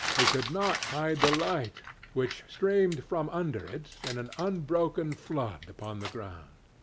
he could not hide the light which streamed from under it, in an unbroken flood upon the ground.